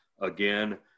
again